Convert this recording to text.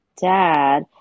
dad